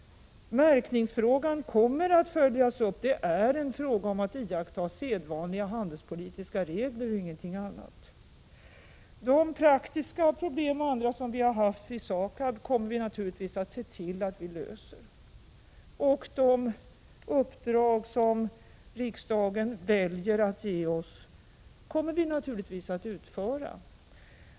Märkningsfrågan kommer att följas upp. Här gäller det att iaktta sedvanliga handelspolitiska regler och ingenting annat. De praktiska och andra problem som vi har haft i SAKAB kommer vi naturligtvis att lösa, och de uppdrag som riksdagen väljer att ge oss skall vi givetvis utföra.